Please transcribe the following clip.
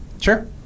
Sure